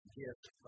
gift